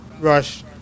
Rush